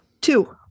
Two